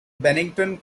bennington